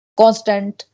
constant